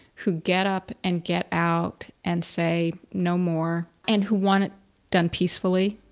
who get up and get out and say no more and who want it done peacefully,